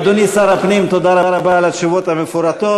אדוני שר הפנים, תודה רבה על התשובות המפורטות.